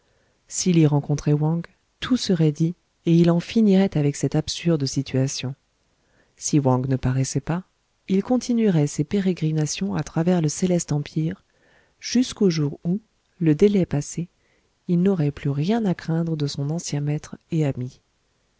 s'il y rencontrait wang tout serait dit et il en finirait avec cette absurde situation si wang ne paraissait pas il continuerait ses pérégrinations à travers le céleste empire jusqu'au jour où le délai passé il n'aurait plus rien à craindre de son ancien maître et ami